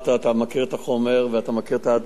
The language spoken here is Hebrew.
אתה מכיר את החומר ואתה מכיר את הדברים.